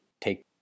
take